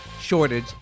shortage